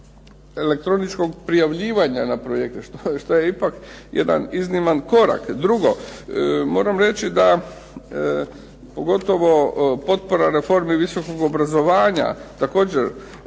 elektroničkog prijavljivanja na projekte, što je ipak jedan izniman korak. Drugo. Moram reći da pogotovo potpora reformi visokog obrazovanja, također.